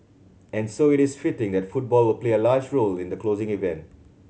and so it is fitting that football will play a large role in the closing event